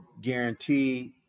guaranteed